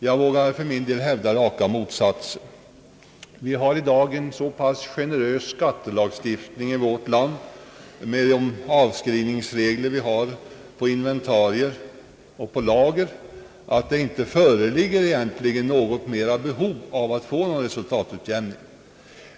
Jag vågar för min del hävda raka motsatsen, Vi har i dag en så generös skattelagstiftning i vårt land med tanke på de avskrivningsregler som finns beträffande inventarier och varulager att det egentligen inte finns något behov att få en resultatutjämning.